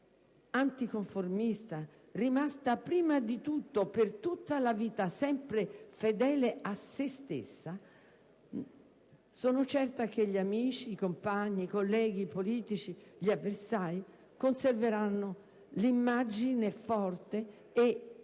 anticonformista, rimasta prima di tutto per tutta la vita sempre fedele a sé stessa, sono certa che gli amici, i compagni, i colleghi politici e gli avversari, conserveranno l'immagine forte,